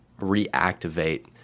reactivate